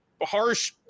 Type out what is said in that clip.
harsh